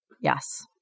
Yes